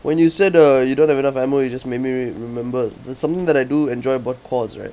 when you said uh you don't have enough ammo you just made me remembered that something that I do enjoy about quads right